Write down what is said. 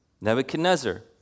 Nebuchadnezzar